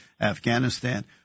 afghanistan